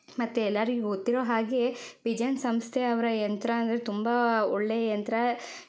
ಮತ್ತು ಎಲ್ಲರಿಗೂ ಗೊತ್ತಿರೋ ಹಾಗೆ ಪಿಜನ್ ಸಂಸ್ಥೆಯವರ ಯಂತ್ರ ಅಂದರೆ ತುಂಬ ಒಳ್ಳೆಯ ಯಂತ್ರ